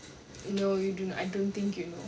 no you don't know I don't think you know